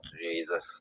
Jesus